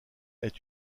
est